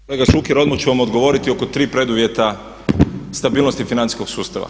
Kolega Šuker odmah ću vam odgovoriti oko tri preduvjeta stabilnosti financijskog sustava.